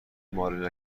ماله